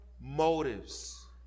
motives